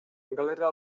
galeria